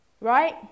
Right